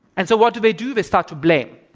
and so, what do they do? they start to blame.